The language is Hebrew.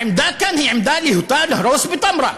העמדה כאן היא עמדה להוטה להרוס בתמרה.